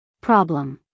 Problem